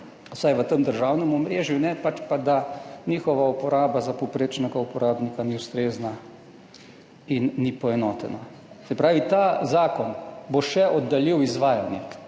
vsaj v tem državnem omrežju ne, pač pa da njihova uporaba za povprečnega uporabnika ni ustrezna in ni poenotena. Se pravi, ta zakon bo še oddaljil izvajanje,